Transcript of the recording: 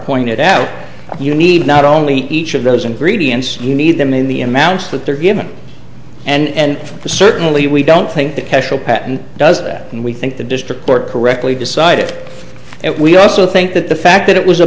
pointed out you need not only each of those ingredients you need them in the amounts that they're given and certainly we don't think the casual patent does that and we think the district court correctly decided that we also think that the fact that it was a